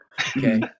Okay